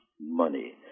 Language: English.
money